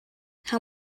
how